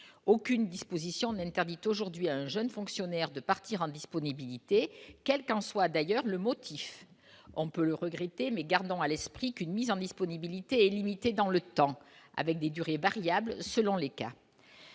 aucune disposition de interdit aujourd'hui un jeune fonctionnaire de partir indisponibilité, quelle qu'en soit d'ailleurs le motif, on peut le regretter mais gardant à l'esprit qu'une mise en disponibilité limitée dans le temps avec des durées variables selon les cas.